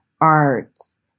arts